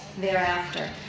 thereafter